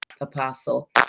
apostle